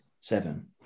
seven